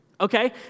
Okay